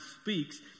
speaks